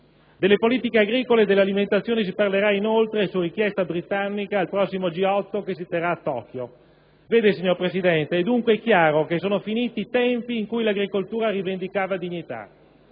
Delle politiche agricole e dell'alimentazione si parlerà, inoltre, su richiesta britannica, al prossimo G8, che si terrà a Tokyo. Vede, signor Presidente, è dunque chiaro che sono finiti i tempi in cui l'agricoltura rivendicava dignità: